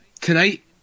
tonight